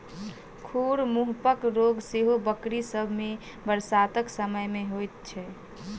खुर मुँहपक रोग सेहो बकरी सभ मे बरसातक समय मे होइत छै